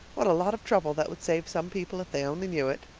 what a lot of trouble that would save some people if they only knew it.